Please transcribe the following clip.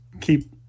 keep